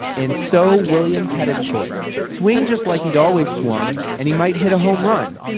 and so williams had a choice. swing just like he'd always swung and he might hit a home run,